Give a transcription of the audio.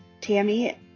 Tammy